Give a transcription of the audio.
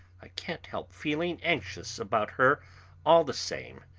i can't help feeling anxious about her all the same.